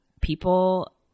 people